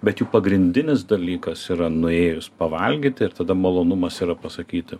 bet jų pagrindinis dalykas yra nuėjus pavalgyti ir tada malonumas yra pasakyti